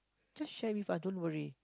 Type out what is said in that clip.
just share with us don't worry